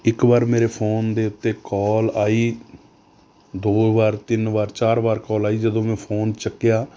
ਇੱਕ ਵਾਰ ਮੇਰੇ ਫੋਨ ਦੇ ਉੱਤੇ ਕੋਲ ਆਈ ਦੋ ਵਾਰ ਤਿੰਨ ਵਾਰ ਚਾਰ ਵਾਰ ਕੋਲ ਆਈ ਜਦੋਂ ਮੈਂ ਫੋਨ ਚੱਕਿਆ